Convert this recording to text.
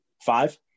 Five